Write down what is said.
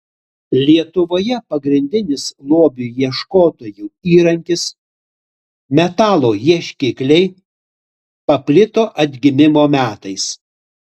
lietuvoje pagrindinis lobių ieškotojų įrankis metalo ieškikliai paplito atgimimo metais